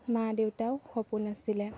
মা দেউতাও সপোন আছিলে